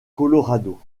colorado